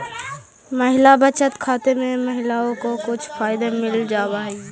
महिला बचत खाते में महिलाओं को कुछ फायदे मिल जावा हई